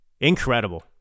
Incredible